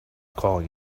calling